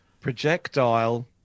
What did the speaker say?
projectile